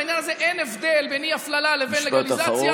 בעניין הזה אין הבדל בין אי-הפללה לבין לגליזציה,